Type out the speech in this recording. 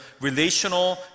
relational